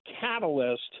catalyst